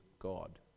God